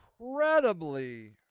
incredibly